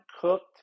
cooked